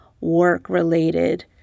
work-related